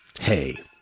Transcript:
hey